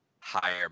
higher